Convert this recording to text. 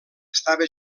estava